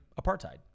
apartheid